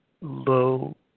low